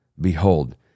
behold